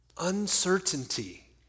uncertainty